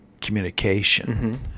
communication